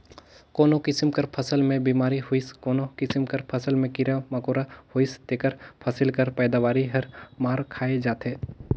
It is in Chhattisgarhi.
कोनो किसिम कर फसिल में बेमारी होइस कोनो किसिम कर फसिल में कीरा मकोरा होइस तेकर फसिल कर पएदावारी हर मार खाए जाथे